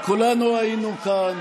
כולנו היינו כאן.